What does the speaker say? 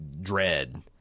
dread